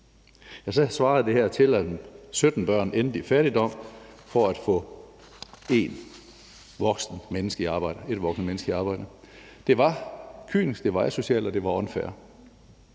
det her til, at 17 børn endte i fattigdom for at få ét voksent menneske i arbejde. Det var kynisk, det var asocialt, og det var unfair.